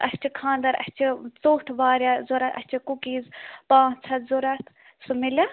اَسہِ چھُ خانٛدَر اَسہِ چھِ ژوٚٹ واریاہ ضروٗرت اَسہِ چھِ کُکیٖز پانٛژھ ہَتھ ضروٗرت سُہ مِلیٛاہ